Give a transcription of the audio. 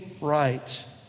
right